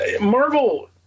Marvel